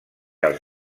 els